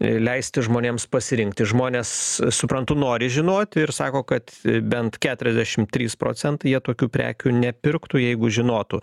ir leisti žmonėms pasirinkti žmonės suprantu nori žinoti ir sako kad bent keturiasdešimt trys procentai jie tokių prekių nepirktų jeigu žinotų